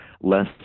less